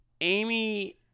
Amy